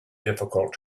difficult